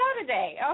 today